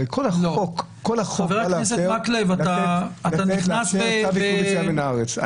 הרי כל החוק בא לאפשר לתת צו עיכוב יציאה מהארץ.